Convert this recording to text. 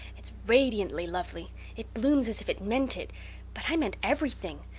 it's radiantly lovely it blooms as if it meant it but i meant everything,